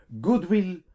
goodwill